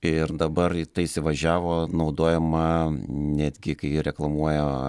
ir dabar į tai įsivažiavo naudojama netgi kai reklamuojaz